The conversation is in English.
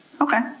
Okay